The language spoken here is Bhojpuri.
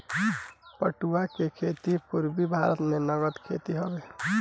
पटुआ के खेती पूरबी भारत के नगद खेती हवे